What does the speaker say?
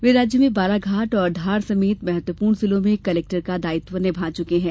वे राज्य में बालाघाट और धार समेत महत्वपूर्ण जिलों में कलेक्टर का दायित्व निभा चुके हैं